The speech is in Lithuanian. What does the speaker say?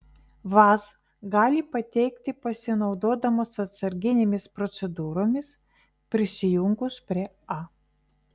vaz gali pateikti pasinaudodamos atsarginėmis procedūromis prisijungus prie a